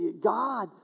God